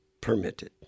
permitted